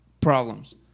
problems